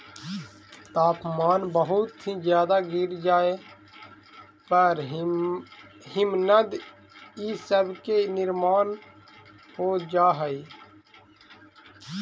तापमान बहुत ही ज्यादा गिर जाए पर हिमनद इ सब के निर्माण हो जा हई